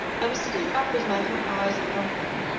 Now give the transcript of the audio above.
i was sitting up with my hot eyes upon him.